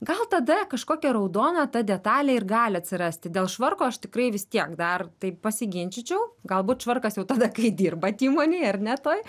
gal tada kažkokia raudona ta detalė ir gali atsirasti dėl švarko aš tikrai vis tiek dar taip pasiginčyčiau galbūt švarkas jau tada kai dirbat įmonėj ar ne toj